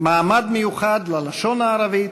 מעמד מיוחד ללשון הערבית,